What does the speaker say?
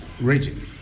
region